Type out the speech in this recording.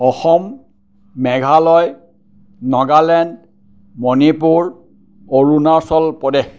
Assam Meghalaya Nagaland Manipur Arunachal Pradesh